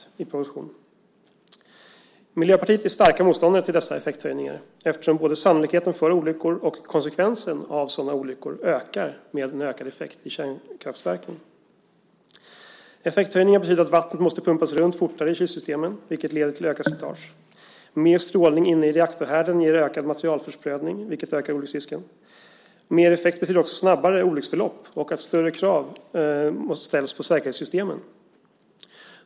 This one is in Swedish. Vi i Miljöpartiet är starka motståndare till dessa effekthöjningar, eftersom både sannolikheten för olyckor och konsekvenserna av sådana olyckor ökar med en ökad effekt i kärnkraftverken. Effekthöjningar betyder att vattnet måste pumpas runt fortare i kylsystemen, vilket leder till ökat slitage. Mer strålning inne i reaktorhärden ger ökad materialförsprödning, vilket ökar olycksrisken. Mer effekt betyder också snabbare olycksförlopp och att större krav måste ställas på säkerhetssystemen.